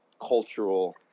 cultural